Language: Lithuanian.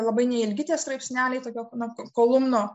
labai neilgi tie straipsneliai tokio na kolumno